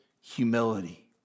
humility